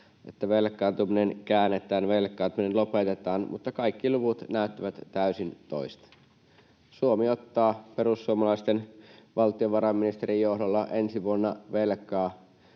että velkaantuminen käännetään, velkaantuminen lopetetaan, niin kaikki luvut näyttävät täysin toista. Suomi ottaa perussuomalaisen valtiovarainministerin johdolla ensi vuonna velkaa